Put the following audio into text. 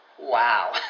Wow